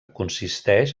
consisteix